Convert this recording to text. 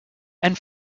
and